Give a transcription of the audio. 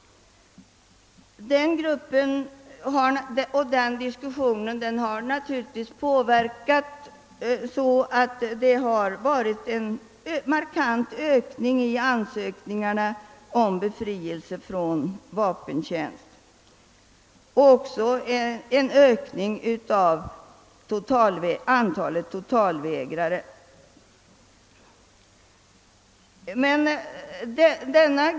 Den diskussion som denna grupp har föranlett har medfört en markant ökning av ansökningarna om befrielse från vapentjänst och en ökning av antalet totalvägrare.